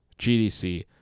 GDC